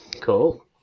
cool